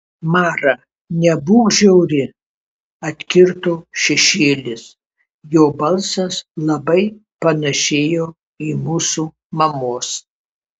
mara nebūk žiauri atkirto šešėlis jo balsas labai panėšėjo į mūsų mamos